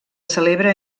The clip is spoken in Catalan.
celebra